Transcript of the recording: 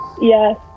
Yes